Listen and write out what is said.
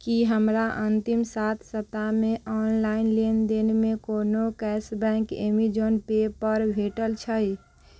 की हमरा अन्तिम सात सप्ताहमे ऑनलाइन लेनदेनमे कोनो कैशबैक ऐमेजन पेपर भेटल छै